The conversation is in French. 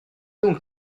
donc